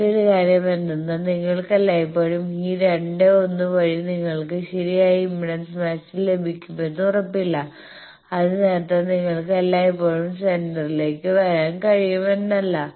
മറ്റൊരു കാര്യം എന്തെന്നാൽ നിങ്ങൾക്ക് എല്ലായ്പ്പോഴും ഈ 2 1 വഴി നിങ്ങൾക്ക് ശരിയായ ഇംപെഡൻസ് മാച്ചിങ് ലഭിക്കുമെന്ന് ഉറപ്പില്ല അതിനർത്ഥം നിങ്ങൾക്ക് എല്ലായ്പ്പോഴും സെന്റർലേക്ക് വരാൻ കഴിയും എന്നല്ല